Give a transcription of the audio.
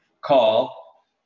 call